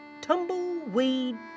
Tumbleweed